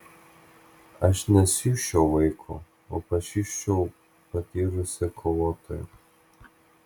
aš nesiųsčiau vaiko o pasiųsčiau patyrusį kovotoją